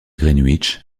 greenwich